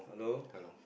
hello